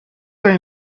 were